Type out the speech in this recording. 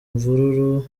imvururu